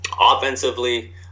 offensively